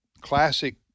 classic